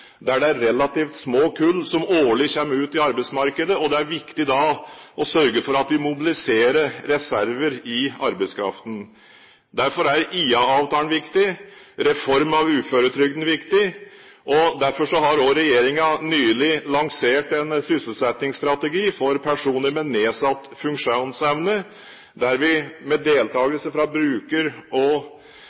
der det er relativt små kull som årlig kommer ut i arbeidsmarkedet, er det viktig at vi sørger for å mobilisere reserver i arbeidskraften. Derfor er IA-avtalen viktig, og en reform av uføretrygden er viktig. Derfor har også regjeringen nylig lansert en sysselsettingsstrategi for personer med nedsatt funksjonsevne, der vi med deltakelse fra bruker-, erfarings- og